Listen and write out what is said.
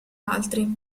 altri